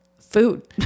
food